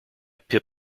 pip